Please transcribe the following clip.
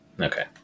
Okay